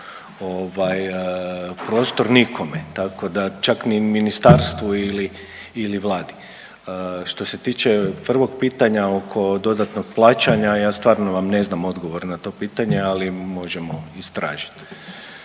prostor nikome. Tako da čak ni ministarstvu ili-ili Vladi. Što se tiče prvog pitanja oko dodatnog plaćanja ja stvarno vam ne znam odgovor na to pitanje ali možemo istražit